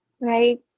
right